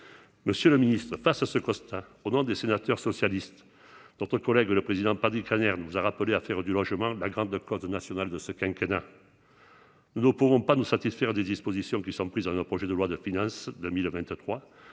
monsieur le Ministre, face à ce constat, Ronan des sénateurs socialistes, d'autres collègues, le président pas du crâne, nous a rappelé à faire du logement la grave de code national de ce quinquennat nous ne pouvons pas nous satisfaire des dispositions qui sont prises à leur projet de loi de finances 2023,